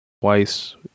Twice